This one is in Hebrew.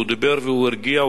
הוא דיבר והוא הרגיע.